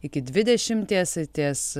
iki dvidešimties ir ties